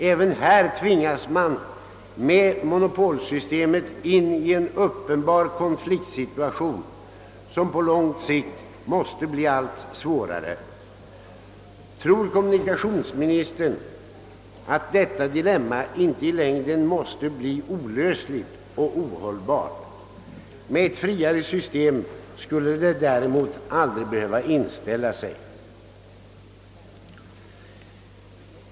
Även på denna punkt tvingas man av monopolsystemet in i en uppenbar konfliktsituation som på lång sikt måste bli allt svårare, Tror inte kommunikationsministern att detta dilemma i längden måste bli ohållbart? Med ett friare system skulle detta problem däremot aldrig behöva uppstå.